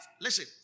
listen